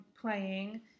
playing